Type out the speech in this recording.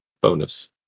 bonus